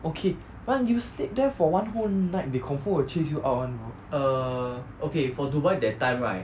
okay but you sleep there for one whole night they confirm will chase you out [one] bro